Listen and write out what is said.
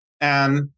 and-